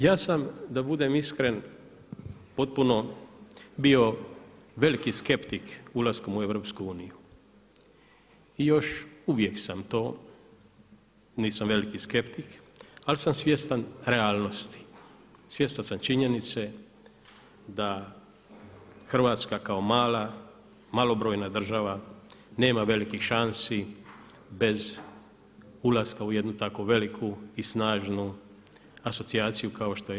Ja sam da budem iskren potpuno bio veliki skeptik ulaskom u EU i još uvijek sam to, nisam veliki skeptik ali sam svjestan realnosti, svjestan sam činjenice da Hrvatska kao mala malobrojna država nema velikih šansi bez ulaska u jednu tako veliku i snažnu asocijaciju kao što je EU.